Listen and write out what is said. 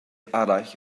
arall